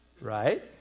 right